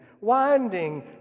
winding